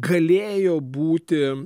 galėjo būti